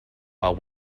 while